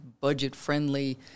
budget-friendly